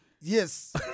Yes